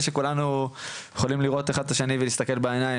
שכולנו יכולים לראות אחד את השני ולהסתכל בעיניים,